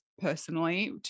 personally